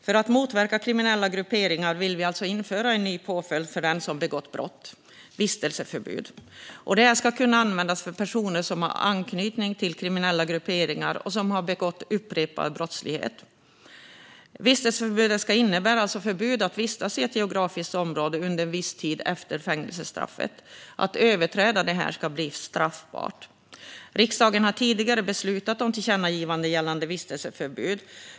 För att motverka kriminella grupperingar vill vi införa en ny påföljd för den som har begått brott, nämligen vistelseförbud. Detta ska kunna användas för personer som har anknytning till kriminella grupperingar och som har gjort sig skyldiga till upprepad brottslighet. Vistelseförbudet ska innebära förbud mot att vistas i ett visst geografiskt område under en viss tid efter fängelsestraffet. Att överträda vistelseförbudet ska bli straffbart. Riksdagen har tidigare beslutat om ett tillkännagivande gällande vistelseförbud.